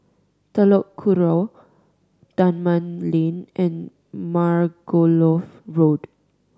Telok Kurau Dunman Lane and Margoliouth Road